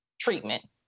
treatment